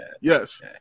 Yes